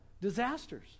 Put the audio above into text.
disasters